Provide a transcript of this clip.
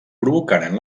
provocaren